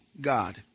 God